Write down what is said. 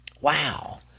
Wow